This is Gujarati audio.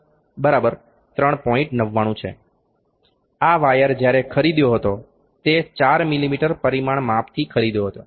99 છે આ વાયર જ્યારે ખરીદ્યો હતો તે 4 મીમી પરિમાણ માપથી ખરીદ્યો હતો